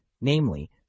namely